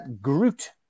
Groot